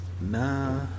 Nah